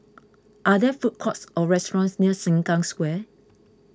are there food courts or restaurants near Sengkang Square